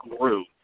grew